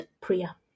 priya